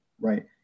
right